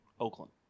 Oakland